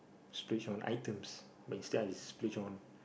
splurge on items but instead I splurge on